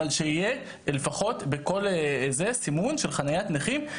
אבל שיהיה לפחות סימון של חניית נכים,